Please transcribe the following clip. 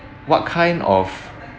what kind of